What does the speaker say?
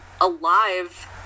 alive